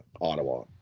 Ottawa